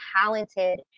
talented